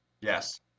Yes